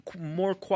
more